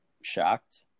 shocked